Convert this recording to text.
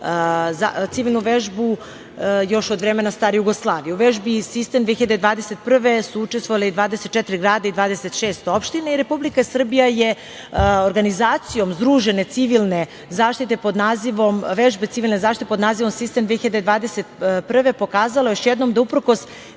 civilnu vežbu još od vremena stare Jugoslavije. U vežbi „Sistem 2021“ je učestvovalo 24 grada i 26 opština i Republika Srbija je organizacijom združene civilne zaštite, pod nazivom „Sistem 2021“, pokazala još jednom da, uprkos